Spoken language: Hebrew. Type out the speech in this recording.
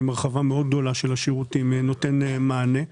עם הרחבה גדולה מאוד של השירותים נותן מענה.